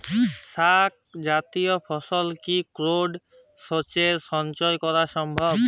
শাক জাতীয় ফসল কি কোল্ড স্টোরেজে সঞ্চয় করা সম্ভব?